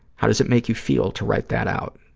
how does it make you feel to write that out?